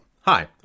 Hi